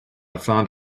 found